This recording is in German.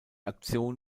aktion